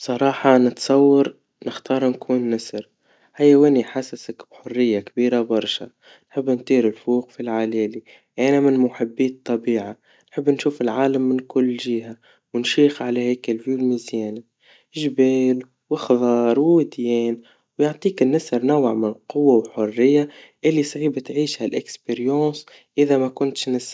بصراحا نتصور نختار نكون نسر, حيوان يحسسك بحريا كبيرا برشا, نحب نطير لفوق في العلالي, أنا من محبي الطبيعا, نحب نشوف العالم من كل جها, ونشيخ على هيك المنظر المزيان, جبال, وخضار ووديان, ويعطيك النسر نوع من القوا والحريا اللي صعيب تعيش هالتجربة إذا كا كنتش نسر.